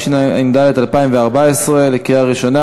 5), התשע"ד 2014, קריאה ראשונה.